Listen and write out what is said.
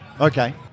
Okay